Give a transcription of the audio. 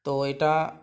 তো এটা